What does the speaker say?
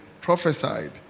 prophesied